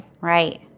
Right